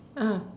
ah